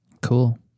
Cool